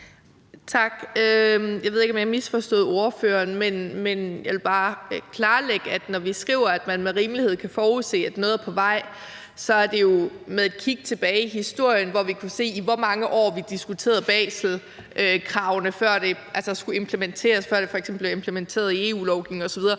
Tak. Jeg ved ikke, om jeg misforstod ordføreren, men jeg ville bare klarlægge, at når vi skriver, at man med rimelighed kan forudse, at noget er på vej, er det med et kig tilbage i historien, hvor vi kan se, i hvor mange år vi diskuterede Baselkravene, før det skulle implementeres, før det f.eks. blev implementeret i EU-lovgivning osv.